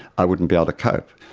i wouldn't be able to cope.